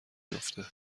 میافته